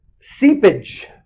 seepage